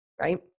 right